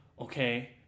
okay